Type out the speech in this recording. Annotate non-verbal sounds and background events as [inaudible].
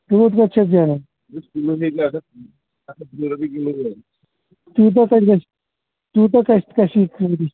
یوٗت کتہِ چھ أسۍ زینان یوٗتاہ کتہِ گژھِ یوٗتاہ کتھ [unintelligible]